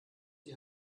die